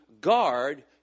guard